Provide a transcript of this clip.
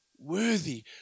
Worthy